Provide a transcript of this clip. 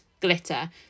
glitter